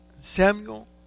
Samuel